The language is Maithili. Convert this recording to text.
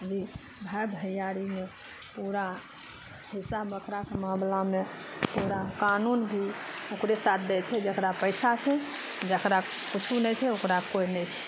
भाइ भैयारीमे पूरा हिस्सा बकराके मामला शमे पूरा कानून भी ओकरे साथ दै छै जेकरा पैसा छै जकरा किछो नहि छै ओकरा कोइ नहि छै